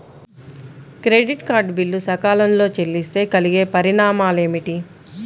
Credit card bill సకాలంలో చెల్లిస్తే కలిగే పరిణామాలేమిటి?